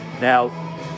Now